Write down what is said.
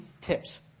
tips